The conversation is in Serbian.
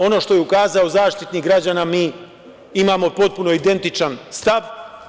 Ono što je ukazao Zaštitnik građana mi imamo potpuno identičan stav.